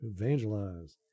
evangelize